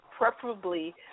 preferably